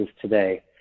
today